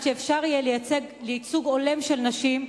שיהיה ייצוג הולם של נשים,